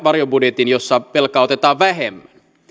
varjobudjetin jossa velkaa otetaan vähemmän